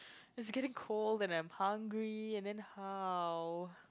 it's getting cold and I'm hungry and then how